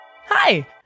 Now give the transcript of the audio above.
Hi